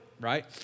Right